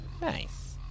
Nice